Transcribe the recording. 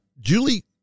Julie